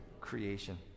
creation